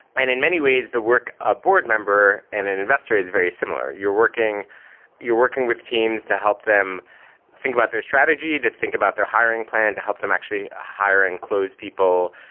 and in many ways the work a board member and an investor is very similar. you're working you're working with teams to help them think about their strategy, to think about their hiring plan, to help them actually ah hire and close people,